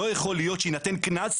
ואז לא יכול להיות שיינתן קנס.